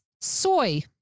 soy